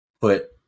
put